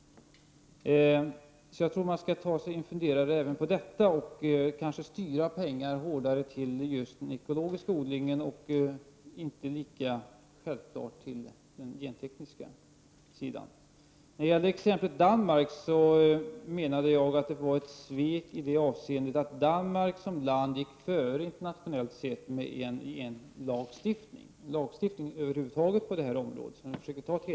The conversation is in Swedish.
Så jag tror att man skall ta sig en funderare även på detta och kanske styra pengarna hårdare till den ekologiska odlingen och inte lika självklart till den gentekniska. Beträffande t.ex. Danmark menar jag att det var ett svek i det avseendet att Danmark som land gick före internationellt sett med en genlagstiftning och lagstiftning över huvud taget på detta område.